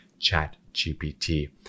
ChatGPT